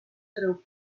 treu